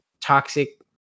toxic